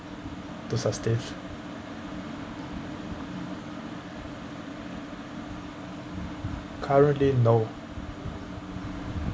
to sustain currently no